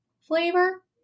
flavor